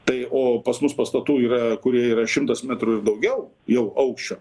tai o pas mus pastatų yra kurie yra šimtas metrų ir daugiau jau aukščio